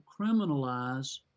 criminalize